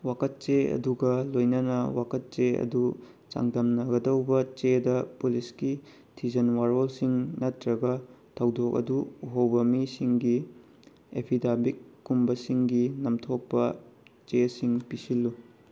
ꯋꯥꯀꯠꯆꯦ ꯑꯗꯨꯒ ꯂꯣꯏꯅꯅ ꯋꯥꯀꯠ ꯆꯦ ꯑꯗꯨ ꯆꯥꯡꯗꯝꯅꯒꯗꯧꯕ ꯆꯦꯗ ꯄꯨꯂꯤꯁꯀꯤ ꯊꯤꯖꯤꯟ ꯋꯥꯔꯣꯜꯁꯤꯡ ꯅꯠꯇ꯭ꯔꯒ ꯊꯧꯗꯣꯛ ꯑꯗꯨ ꯎꯍꯧꯕ ꯃꯤꯁꯤꯡꯒꯤ ꯑꯦꯐꯤꯗꯥꯕꯤꯠ ꯀꯨꯝꯕꯁꯤꯡꯒꯤ ꯅꯝꯊꯣꯛꯄ ꯆꯦꯁꯤꯡ ꯄꯤꯁꯤꯜꯂꯨ